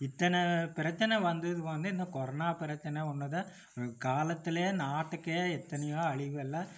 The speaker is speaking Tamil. இத்தனை பிரச்சனை வந்தது வந்து இந்த கொரோனா பிரச்சனை ஒன்று தான் காலத்திலே நாட்டுக்கே எத்தனையோ அழிவு எல்லாம்